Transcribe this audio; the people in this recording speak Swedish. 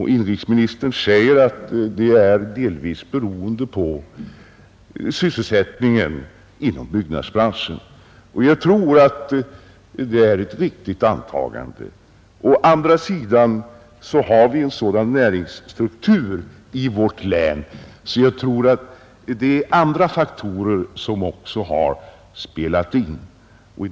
Inrikesministern säger att det är delvis beroende på sysselsättningen inom byggnadsbranschen. Jag tror att det är ett riktigt antagande. Å andra sidan har vi en sådan näringsstruktur i vårt län att jag tror att andra faktorer också har spelat in.